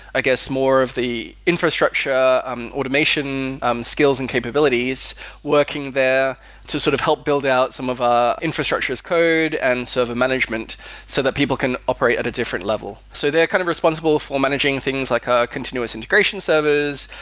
i guess, more of the infrastructure um automation um skills and capabilities working there to sort of help build out some of our infrastructure as coded and server management so that people can operate at a different level. so they're kind of responsible for managing things like our continuous integration service,